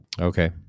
Okay